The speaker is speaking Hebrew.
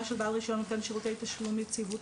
של בעל רישיון נותן שירותי תשלום יציבותי.